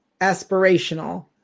aspirational